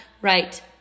right